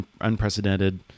unprecedented